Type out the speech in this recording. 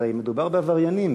הרי מדובר בעבריינים,